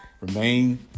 remain